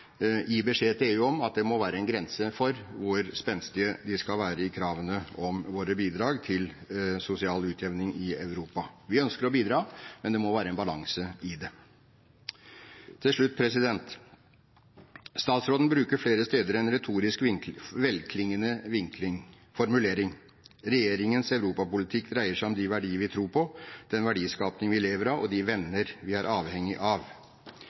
gi beskjed til EU om at det må være en grense for hvor spenstige de skal være i kravene om bidrag fra oss til sosial utjevning i Europa. Vi ønsker å bidra, men det må være en balanse i det. Til slutt: Statsråden bruker flere steder en retorisk velklingende formulering: «Regjeringens europapolitikk dreier seg om de verdier vi tror på, den verdiskaping vi lever av, og de venner vi er avhengige av.»